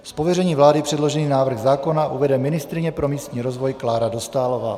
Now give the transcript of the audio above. Z pověření vlády předložený návrh zákona uvede ministryně pro místní rozvoj Klára Dostálová.